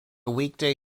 weekday